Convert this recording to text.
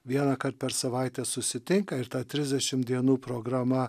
vienąkart per savaitę susitinka ir ta trisdešimt dienų programa